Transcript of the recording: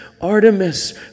Artemis